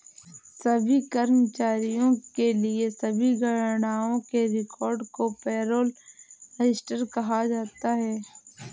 सभी कर्मचारियों के लिए सभी गणनाओं के रिकॉर्ड को पेरोल रजिस्टर कहा जाता है